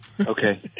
Okay